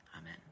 Amen